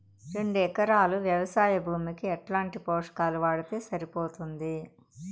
రెండు ఎకరాలు వ్వవసాయ భూమికి ఎట్లాంటి పోషకాలు వాడితే సరిపోతుంది?